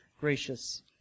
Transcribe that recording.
gracious